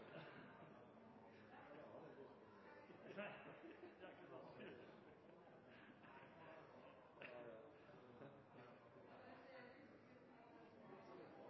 det være gode argumenter for